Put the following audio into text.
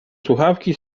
słuchawki